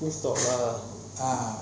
cooking stall